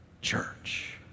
church